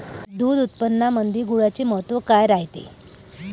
दूध उत्पादनामंदी गुळाचे महत्व काय रायते?